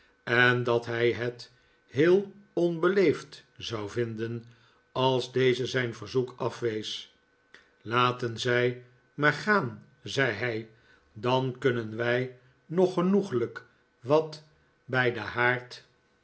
en dat hij het heel onbeleefd zou vinden als deze zijn verzoek afwees laten zij maar gaan zei hij dan kunnen wij nog genoeglijk wat bij den haard